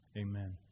Amen